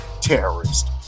terrorist